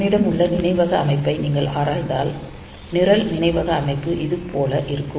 நம்மிடம் உள்ள நினைவக அமைப்பை நீங்கள் ஆராய்ந்தால் நிரல் நினைவக அமைப்பு இது போல இருக்கும்